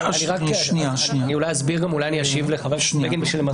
אני אסביר ואולי אני אשיב לחבר הכנסת בגין.